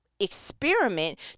experiment